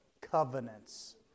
covenants